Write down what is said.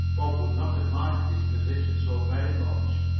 bob would not have minded his position so very much.